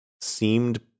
seemed